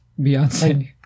Beyonce